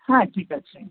হ্যাঁ ঠিক আছে